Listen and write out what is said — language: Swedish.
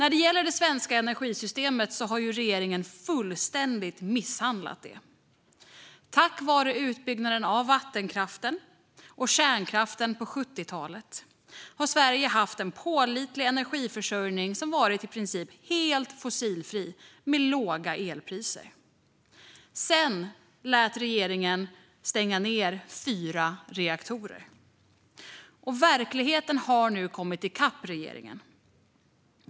Regeringen har fullständigt misshandlat det svenska energisystemet. Tack vare utbyggnaden av vattenkraften och sedan kärnkraften på 70-talet har Sverige haft en pålitlig energiförsörjning som varit i princip helt fossilfri med låga elpriser. Sedan lät regeringen stänga ned fyra reaktorer. Verkligheten har nu kommit i kapp regeringen.